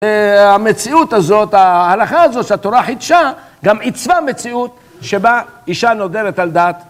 המציאות הזאת, ההלכה הזאת שהתורה חידשה, גם עיצבה מציאות שבה אישה נודרת על דת.